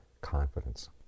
confidence